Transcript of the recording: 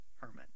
Herman